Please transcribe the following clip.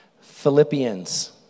Philippians